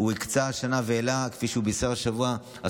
כפי שהוא בישר השבוע,